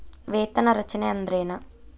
ವೇತನ ರಚನೆ ಅಂದ್ರೆನ?